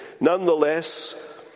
nonetheless